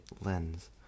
lens